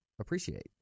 appreciate